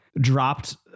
dropped